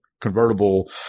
Convertible